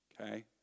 okay